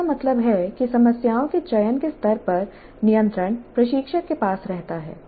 इसका मतलब है कि समस्याओं के चयन के स्तर पर नियंत्रण प्रशिक्षक के पास रहता है